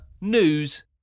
news